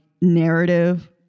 narrative